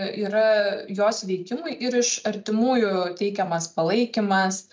yra jos veikimui ir iš artimųjų teikiamas palaikymas